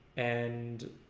and